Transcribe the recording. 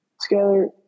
Together